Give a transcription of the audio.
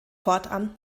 fortan